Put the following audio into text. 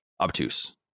obtuse